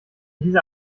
dieser